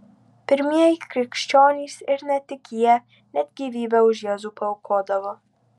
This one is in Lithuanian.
pirmieji krikščionys ir ne tik jie net gyvybę už jėzų paaukodavo